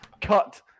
cut